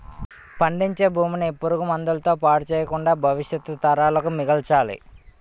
పండించే భూమిని పురుగు మందుల తో పాడు చెయ్యకుండా భవిష్యత్తు తరాలకు మిగల్చాలి